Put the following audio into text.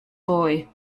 boy